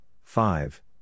five